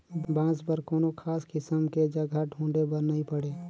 बांस बर कोनो खास किसम के जघा ढूंढे बर नई पड़े